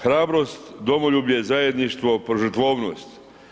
Hrabrost, domoljublje i zajedništvo, požrtvovnost.